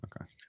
Okay